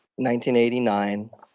1989